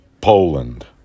Poland